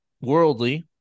worldly